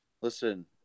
Listen